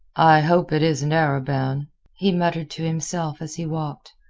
i hope it isn't arobin, he muttered to himself as he walked.